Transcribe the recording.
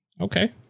Okay